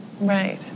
Right